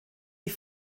die